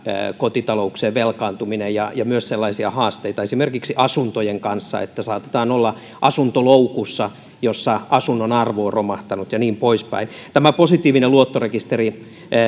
kotitalouksien velkaantuminen ja ja myös sellaisia haasteita esimerkiksi asuntojen kanssa että saatetaan olla asuntoloukussa jossa asunnon arvo on romahtanut ja niin poispäin tämä positiivinen luottorekisteri